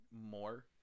more